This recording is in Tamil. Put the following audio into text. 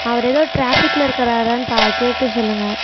அவர் ஏதோ டிராஃபிக்ல இருக்கிறாரான்னு பா கேட்டு சொல்லுங்கள்